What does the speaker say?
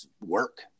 work